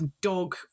dog